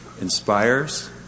inspires